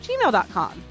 gmail.com